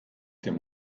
dem